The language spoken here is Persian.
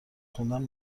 خوندن